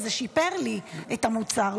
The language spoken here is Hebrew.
וזה שיפר לי את המוצר,